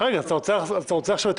אתה רוצה עכשיו להחיל בנושאי קורונה את